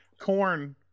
corn